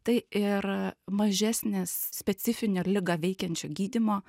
tai ir mažesnis specifinio ligą veikiančio gydymo